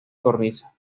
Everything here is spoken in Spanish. cornisa